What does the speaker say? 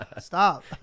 stop